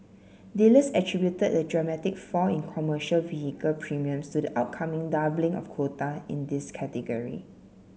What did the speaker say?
dealers attributed the dramatic fall in commercial vehicle premiums to the upcoming doubling of quota in this category